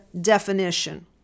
definition